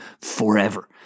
forever